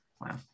wow